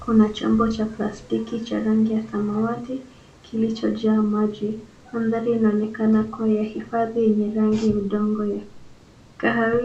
Kuna chombo cha plastiki cha rangi ya samawati kilichojaa maji. Mandhari inaonekana kuwa ya hifadhi yenye rangi ya udongo ya kahawia.